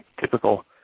typical